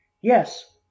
Yes